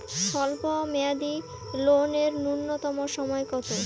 স্বল্প মেয়াদী লোন এর নূন্যতম সময় কতো?